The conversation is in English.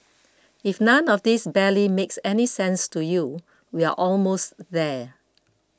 if none of this barely makes any sense to you we're almost there